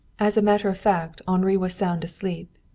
as a matter of fact henri was sound asleep.